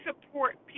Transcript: support